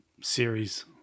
series